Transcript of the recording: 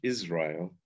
Israel